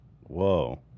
whoa